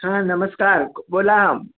हां नमस्कार बोला